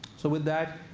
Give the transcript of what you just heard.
so with that,